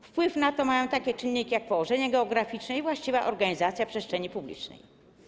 Wpływ na to mają takie czynniki, jak położenie geograficzne i właściwa organizacja przestrzeni publicznej.